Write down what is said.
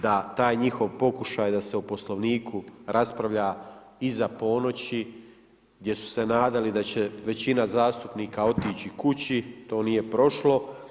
Da taj njihov pokušaj da se o Poslovniku raspravlja iza ponoći, gdje su se nadali da će većina zastupnika otići kući, to nije prošlo.